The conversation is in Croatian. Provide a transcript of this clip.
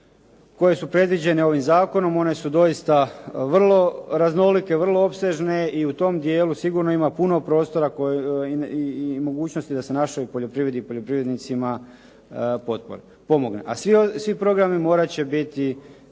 koje su predviđene ovim zakonom, one su doista vrlo raznolike, vrlo opsežne i u tom dijelu sigurno ima puno prostora i mogućnosti da se našoj poljoprivredi i poljoprivrednicima pomogne. A svi programi morat će biti